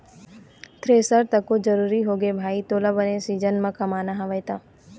thresher तको तो जरुरी होगे भाई तोला बने सीजन म कमाना हवय त